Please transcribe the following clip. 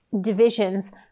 divisions